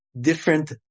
different